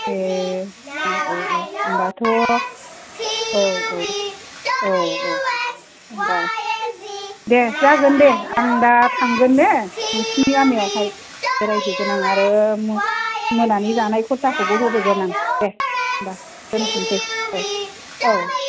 ए औ औ औ होनबाथ' औ औ होनबा दे जागोन दे आं दा थांगोन दे नोंसोरनि गामियाव बेरायहैगोन आं आरो मोनानि जानाय खरसाखौबो होबोगोन आं दे होनबा दोनथ'नोसै औ औ